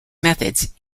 methods